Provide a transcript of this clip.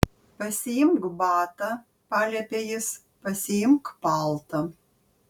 pasiimk batą paliepė jis pasiimk paltą